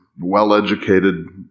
well-educated